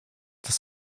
das